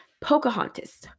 Pocahontas